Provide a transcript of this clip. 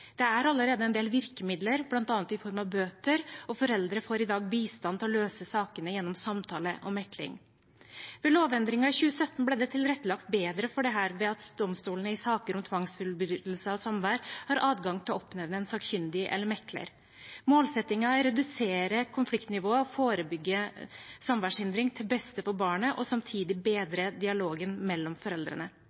Det er allerede en del virkemidler, bl.a. i form av bøter, og foreldre får i dag bistand til å løse sakene gjennom samtale og mekling. Ved lovendringen i 2017 ble det tilrettelagt bedre for dette ved at domstolene i saker om tvangsfullbyrdelse av samvær har adgang til å oppnevne en sakkyndig eller mekler. Målsettingen er å redusere konfliktnivået og forebygge samværshindring, til beste for barnet, og samtidig bedre dialogen mellom foreldrene.